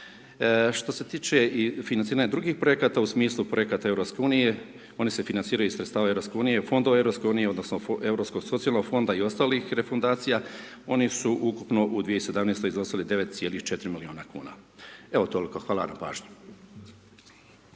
što se tiče financiranja drugih projekata u smislu projekata EU oni se financiraju iz sredstava Eu, fondova EU odnosno Europsko socijalnog fonda i ostalih refundacija, oni su ukupno u 2017. izglasali 9.4 miliona kuna. Evo toliko. Hvala na pažnji.